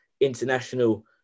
international